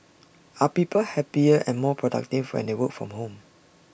are people happier and more productive and they work from home